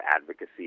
advocacy